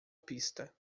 pista